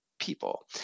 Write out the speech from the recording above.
people